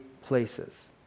places